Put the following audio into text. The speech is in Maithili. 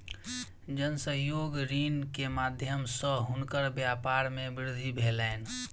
जन सहयोग ऋण के माध्यम सॅ हुनकर व्यापार मे वृद्धि भेलैन